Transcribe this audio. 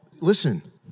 Listen